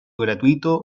gratuito